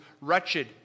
wretched